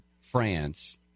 France